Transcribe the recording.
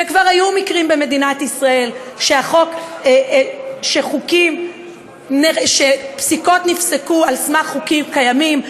וכבר היו מקרים במדינת ישראל שפסיקות נפסקו על סמך חוקים קיימים,